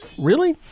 really?